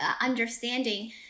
understanding